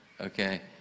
Okay